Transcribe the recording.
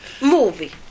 Movie